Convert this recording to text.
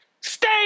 Stay